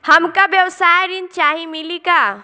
हमका व्यवसाय ऋण चाही मिली का?